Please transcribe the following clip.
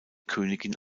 königin